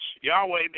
Yahweh